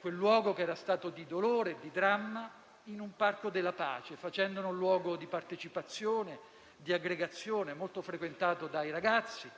quel luogo che era stato di dolore e di dramma, in un "parco della pace", facendone un luogo di partecipazione e di aggregazione molto frequentato dai ragazzi